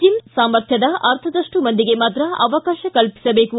gym ಸಾಮರ್ಥ್ಯದ ಅರ್ಧದಷ್ಟು ಮಂದಿಗೆ ಮಾತ್ರ ಅವಕಾಶ ಕಲ್ಪಿಸಬೇಕು